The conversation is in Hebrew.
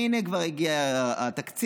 והינה כבר הגיע התקציב,